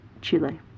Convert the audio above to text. Chile